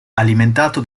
alimentato